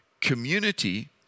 community